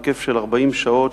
של 40 שעות,